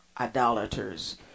idolaters